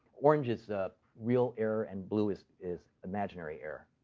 orange is real error, and blue is is imaginary error.